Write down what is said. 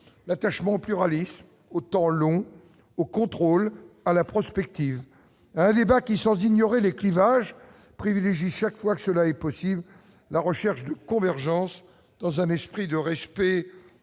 l'attachement au pluralisme autant au contrôle et à la prospective, un débat qui sont ignorer les clivages privilégie chaque fois que cela est possible, la recherche de convergence dans un esprit de respect